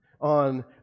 on